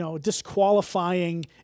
disqualifying